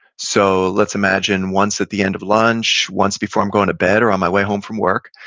so let's imagine once at the end of lunch, once before i'm going to bed or on my way home from work.